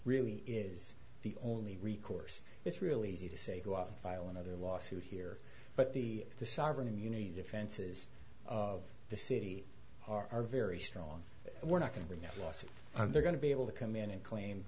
really is the only recourse it's really easy to say go out and file and other lawsuit here but the the sovereign immunity defenses of the city are very strong and we're not going to get a lawsuit and they're going to be able to come in and claim